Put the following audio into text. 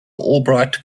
albright